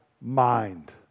mind